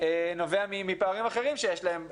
נובע מפערים אחרים שיש להם באוכלוסייה,